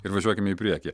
ir važiuokime į priekį